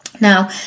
Now